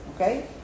Okay